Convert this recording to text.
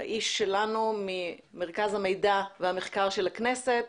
האיש שלנו ממרכז המידע והמחקר של הכנסת.